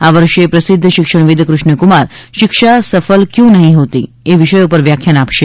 આ વર્ષે પ્રસિધ્ધ શિક્ષણવિદ કૃષણકુમાર શિક્ષા સફલ કર્યો નહી હોતી એ વિષય પર વ્યખ્યાન આપશે